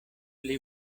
pli